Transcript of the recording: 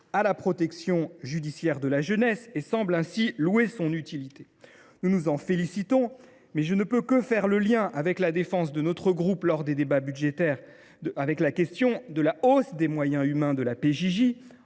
à la protection judiciaire de la jeunesse et semble ainsi reconnaître l’utilité de la PJJ. Nous nous en félicitons, mais je ne peux que faire le lien avec la défense par notre groupe, lors des débats budgétaires, de la hausse des moyens humains de la PJJ.